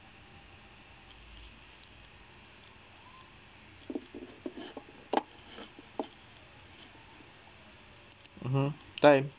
mmhmm time